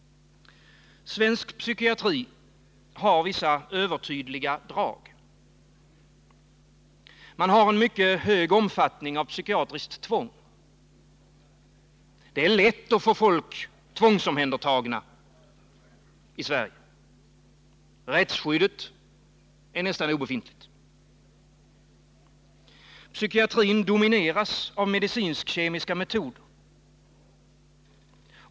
Svensk psykiatri har vissa övertydliga drag. Man har en mycket hög omfattning av psykiatriskt tvång. Det är lätt att få folk tvångsomhändertagna i Sverige. Rättsskyddet är nästan obefintligt. Psykiatrin domineras av medicinsk-kemiska metoder.